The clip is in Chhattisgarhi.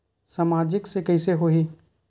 सामाजिक से कइसे होही?